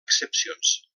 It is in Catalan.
accepcions